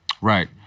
Right